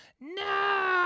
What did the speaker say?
no